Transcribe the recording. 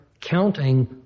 counting